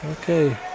okay